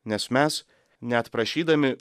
nes mes net prašydami